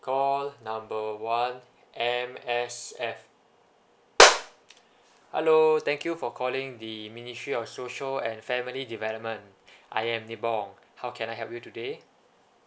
call number one M_S_F hello thank you for calling the ministry of social and family development I am nibong how can I help you today